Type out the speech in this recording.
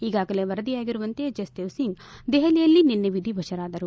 ಈಗಾಗಲೇ ವರದಿಯಾಗಿರುವಂತೆ ಜಸ್ದೇವ್ಸಿಂಗ್ ದೆಹಲಿಯಲ್ಲಿ ನಿನ್ನೆ ವಿಧಿವಶರಾದರು